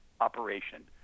operation